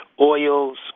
oils